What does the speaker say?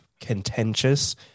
contentious